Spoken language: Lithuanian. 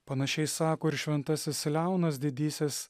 panašiai sako ir šventasis leonas didysis